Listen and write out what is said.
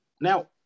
Now